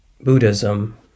Buddhism